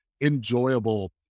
enjoyable